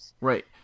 Right